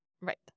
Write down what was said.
Right